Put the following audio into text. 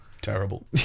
terrible